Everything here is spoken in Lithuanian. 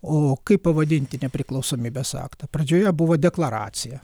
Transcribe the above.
o kaip pavadinti nepriklausomybės aktą pradžioje buvo deklaracija